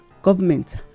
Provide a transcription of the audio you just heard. Government